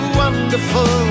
wonderful